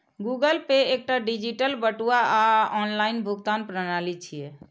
Google Pay एकटा digital बटुआ आ ऑनलाइन भुगतान प्रणाली छियै